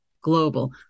Global